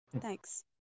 Thanks